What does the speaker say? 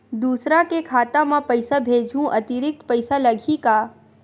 दूसरा के खाता म पईसा भेजहूँ अतिरिक्त पईसा लगही का?